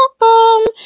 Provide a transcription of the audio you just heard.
welcome